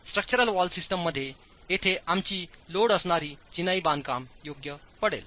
structural wall सिस्टीममध्ये येथे आमची लोड असणारी चिनाईबांधकाम योग्य पडेल